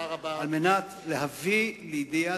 אבל לא צריך להגיע לכך.